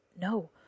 No